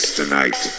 tonight